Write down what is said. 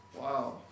Wow